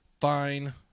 Fine